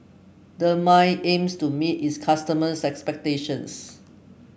Dermale aims to meet its customers' expectations